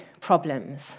problems